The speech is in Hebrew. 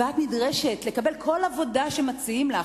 ואת נדרשת לקבל כל עבודה שמציעים לך,